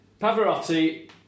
Pavarotti